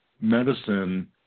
medicine